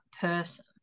person